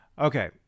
Okay